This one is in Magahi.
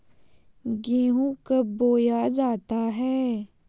गेंहू कब बोया जाता हैं?